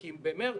כי אם במרץ